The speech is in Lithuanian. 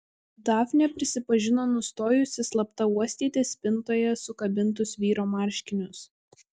dafnė prisipažino nustojusi slapta uostyti spintoje sukabintus vyro marškinius